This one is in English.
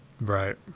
Right